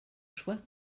choix